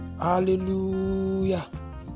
Hallelujah